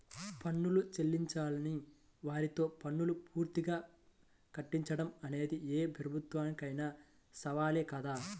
పన్నులు చెల్లించని వారితో పన్నులు పూర్తిగా కట్టించడం అనేది ఏ ప్రభుత్వానికైనా సవాలే కదా